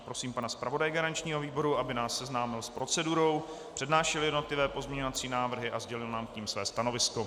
Prosím pana zpravodaje garančního výboru, aby nás seznámil s procedurou, přednášel jednotlivé pozměňovací návrhy a sdělil nám k nim své stanovisko.